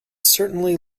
certainly